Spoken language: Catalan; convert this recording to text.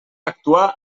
actuar